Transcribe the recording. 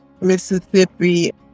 Mississippi